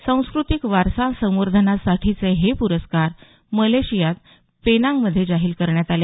सांस्कृतिक वारसा संवर्धनासाठीचे हे पुरस्कार मलेशियात पेनांगमध्ये जाहीर झाले